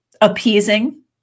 appeasing